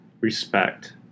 respect